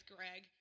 Greg